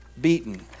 beaten